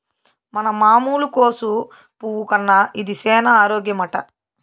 మన మామూలు కోసు పువ్వు కన్నా ఇది సేన ఆరోగ్యమట